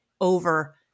over